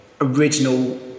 original